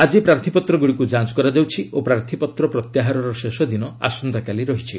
ଆକି ପ୍ରାର୍ଥପତ୍ରଗୁଡ଼ିକୁ ଯାଞ୍ଚ କରାଯାଉଛି ଓ ପ୍ରାର୍ଥୀପତ୍ର ପ୍ରତ୍ୟାହାରର ଶେଷଦିନ ଆସନ୍ତାକାଲି ରହିଛି